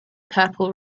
purple